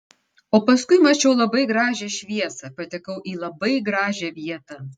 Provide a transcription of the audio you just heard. o paskui mačiau labai gražią šviesą patekau į labai gražią vietą